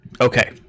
Okay